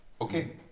Okay